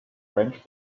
french